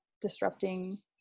disrupting